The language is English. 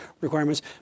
requirements